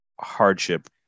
hardship